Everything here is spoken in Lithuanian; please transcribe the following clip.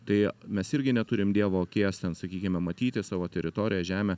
tai mes irgi neturim dievo akies ten sakykime matyti savo teritoriją žemę